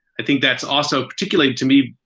i think that's also, particularly to me,